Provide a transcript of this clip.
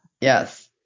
Yes